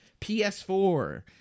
ps4